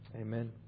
Amen